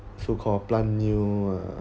so called plant new uh